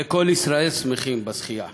וכל ישראל שמחים בזכייה.